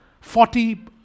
Forty